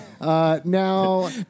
Now